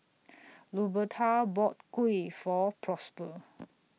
Luberta bought Kuih For Prosper